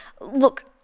look